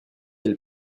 elle